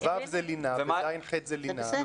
ו' זה בלי לינה, ז'-ח' זה לינה.